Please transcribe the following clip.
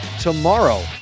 tomorrow